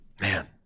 Man